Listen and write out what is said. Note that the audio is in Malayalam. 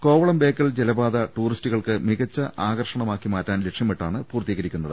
കോവളം ബേക്കൽ ജലപാത ടൂറിസ്റ്റുകൾക്ക് മികച്ച ആകർഷ ണമാക്കി മാറ്റാൻ ലക്ഷ്യമിട്ടാണ് പൂർത്തീകരിക്കുന്നത്